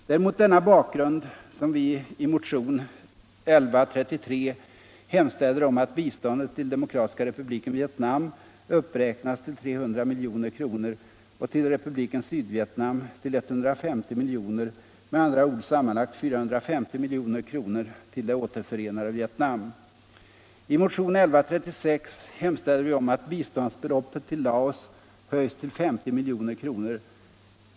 Det är mot denna bakgrund som vi i motionen 1133 hemställer om att biståndet till Demokratiska republiken Vietnam uppräknas till 300 milj.kr. och till Republiken Sydvietnam till 150 miljoner, med andra ord sammanlagt 450 milj.kr. till det återförenade Vietnam. I motionen 1136 hemställer vi om att biståndsbeloppet till Laos höjs till 50 milj.kr.